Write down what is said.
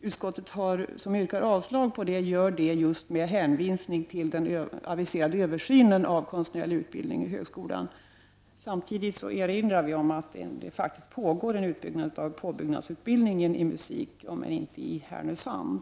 Utskottet yrkar avslag på förslaget med hänvisning till den aviserade översynen av den konstnärliga utbildningen i högskolan. Samtidigt erinrar utskottet om att det faktiskt pågår en utbyggnad av påbyggnadsutbildningen i musik, om än inte i Härnösand.